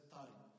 time